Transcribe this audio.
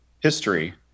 history